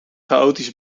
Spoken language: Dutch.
chaotisch